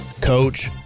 Coach